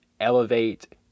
elevate